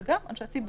זה גם אנשי ציבור,